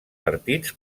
partits